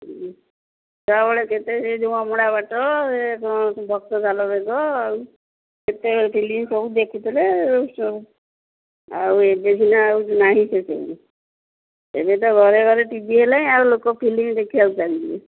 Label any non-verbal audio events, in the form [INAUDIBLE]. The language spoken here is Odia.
[UNINTELLIGIBLE] କେତେ ସେ ଯୋଉ [UNINTELLIGIBLE] ସେ କ'ଣ ଭକ୍ତ ସାଲବେଗ ଆଉ କେତେବେଳେ ଫିଲ୍ମ ସବୁ ଦେଖିଥିଲେ ଆଉ ଏବେ ସିନା ଆଉ ନାହିଁ ସେମିତି ଏବେ ତ ଘରେ ଘରେ ଟିଭି ହେଲାଣି ଆଉ ଲୋକ ଫିଲ୍ମ ଦେଖିବାକୁ ଚାହିଁବେ